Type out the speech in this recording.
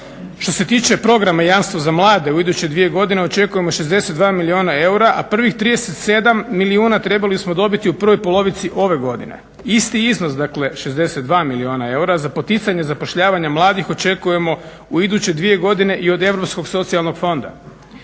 Što se tiče programa jamstvo za mlade u iduće dvije godine očekujemo 62 milijuna eura, a prvih 37 milijuna trebali smo dobiti u prvoj polovici ove godine. Isti iznos, dakle 62 milijuna eura za poticanje zapošljavanja mladih očekujemo u iduće dvije godine i od Europskog socijalnog fonda.